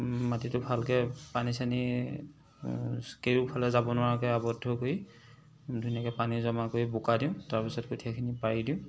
মাটিটো ভালকৈ পানী চানী কেওফালে যাব নোৱাৰাকৈ আৱদ্ধ কৰি ধুনীয়াকৈ পানী জমা কৰি বোকা দিওঁ তাৰপিছত কঠীয়াখিনি পাৰি দিওঁ